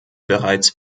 bereits